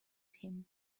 him